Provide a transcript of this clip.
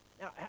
Now